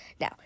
Now